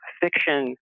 fiction